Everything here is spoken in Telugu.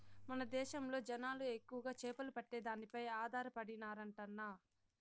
మన దేశంలో జనాలు ఎక్కువగా చేపలు పట్టే దానిపై ఆధారపడినారంటన్నా